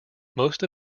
most